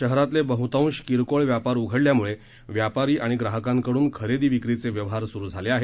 शहरातले बह्तांश किरकोळ व्यापार उघडल्यामुळे व्यापारी आणि ग्राहकांकडून खरेदी विक्रीचे व्यवहार सुरू झाले आहेत